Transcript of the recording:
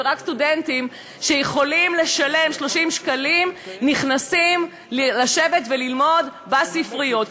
ורק סטודנטים שיכולים לשלם 30 שקלים נכנסים לשבת וללמוד בספריות.